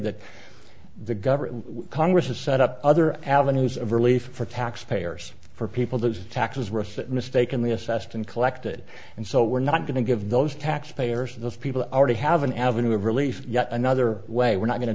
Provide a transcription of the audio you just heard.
that the government congress has set up other avenues of relief for taxpayers for people those taxes risks that mistakenly assessed and collected and so we're not going to give those taxpayers those people already have an avenue of relief yet another way we're not going to